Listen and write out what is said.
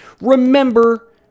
Remember